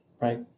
right